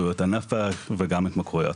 בריאות הנפש וגם התמכרויות.